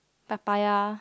papaya